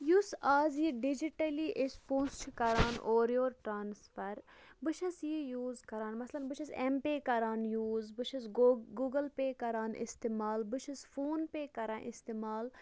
یُس اَز یہِ ڈِجِٹٔلی أسۍ پونٛسہٕ چھِ کَران اورٕ یورٕ ٹرٛانَسفَر بہٕ چھَس یہِ یوٗز کَران مثلاً بہٕ چھَس اٮ۪م پے کَران یوٗز بہٕ چھَس گو گوٗگٕل پے کَران استعمال بہٕ چھَس فون پے کَران استعمال